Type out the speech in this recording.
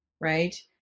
right